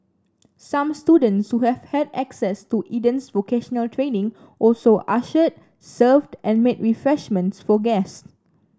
some students who have had access to Eden's vocational training also ushered served and made refreshments for guests